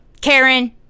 Karen